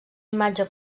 imatge